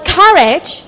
courage